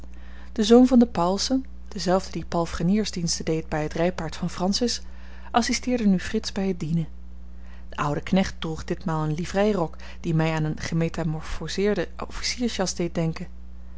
de zoon van de pauwelsen dezelfde die palfreniersdiensten deed bij het rijpaard van francis assisteerde nu frits bij het dienen de oude knecht droeg ditmaal een livreirok die mij aan een gemetamorphoseerde officiersjas deed denken